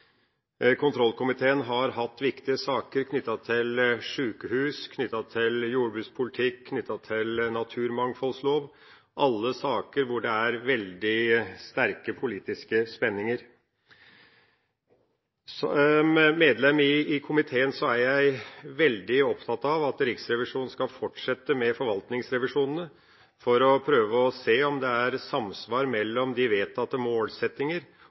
Kontrollkomiteen har hatt viktige saker knyttet til sjukehus, jordbrukspolitikk og naturmangfoldslov – alle saker hvor det er veldig sterke politiske spenninger. Som medlem i komiteen er jeg veldig opptatt av at Riksrevisjonen skal fortsette med forvaltningsrevisjonene for å prøve å se om det er samsvar mellom de vedtatte målsettinger